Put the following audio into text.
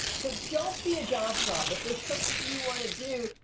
so don't be a job snob. if there's something you wanna do,